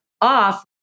off